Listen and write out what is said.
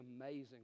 amazing